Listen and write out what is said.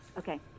Okay